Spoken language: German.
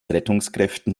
rettungskräften